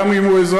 גם אם הוא אזרח,